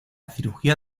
cirugía